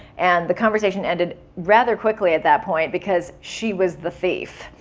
and the conversation ended rather quickly at that point because she was the thief.